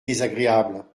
désagréable